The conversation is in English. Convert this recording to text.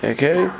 Okay